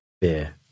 beer